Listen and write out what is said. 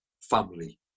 family